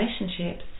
relationships